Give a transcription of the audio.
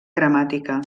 gramàtica